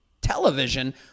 television